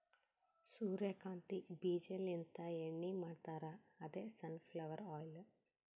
ಸೂರ್ಯಕಾಂತಿ ಬೀಜಾಲಿಂತ್ ಎಣ್ಣಿ ಮಾಡ್ತಾರ್ ಅದೇ ಸನ್ ಫ್ಲವರ್ ಆಯಿಲ್